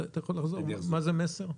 מה זה "מסר"?